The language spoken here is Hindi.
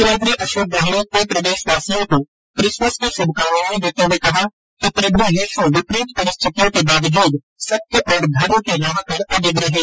मुख्यमंत्री अशोक गहलोत ने प्रदेशवासियों को किसमस की शुभकामनाए देते हुए कहा है कि प्रभु यीशु विपरीत परिस्थितियों के बावजुद सत्य और धर्म की राह पर अडिग रहे